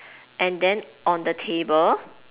and then on the table